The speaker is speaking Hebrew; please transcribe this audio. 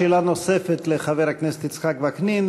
שאלה נוספת לחבר הכנסת יצחק וקנין,